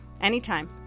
anytime